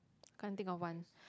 can't think of one